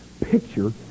picture